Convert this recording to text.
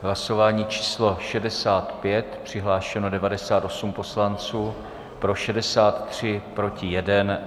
Hlasování číslo 65, přihlášeno 98 poslanců, pro 63, proti 1.